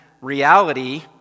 reality